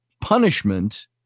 punishment